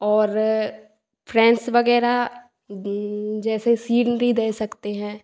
और फ्रेंड्स वगैरह जैसे सीनरी दे सकते हैं